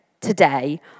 today